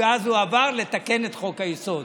ואז הוא עבר לתקן את חוק-היסוד.